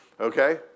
okay